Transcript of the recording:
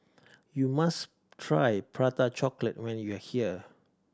you must try Prata Chocolate when you are here